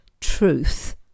truth